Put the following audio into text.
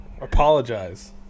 apologize